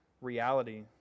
reality